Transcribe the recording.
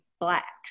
Black